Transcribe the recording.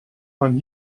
man